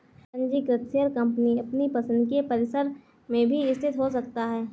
पंजीकृत share company अपनी पसंद के परिसर में भी स्थित हो सकता है